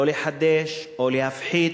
לא לחדש, או להפחית,